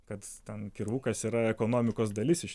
kad ten kirvukas yra ekonomikos dalis iš